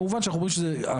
כמובן שאנחנו אומרים --- ברור,